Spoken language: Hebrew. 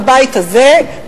בבית הזה,